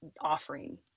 offering